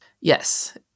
Yes